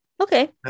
Okay